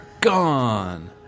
gone